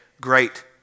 great